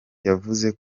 yavuze